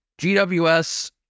gws